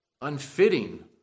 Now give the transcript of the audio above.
unfitting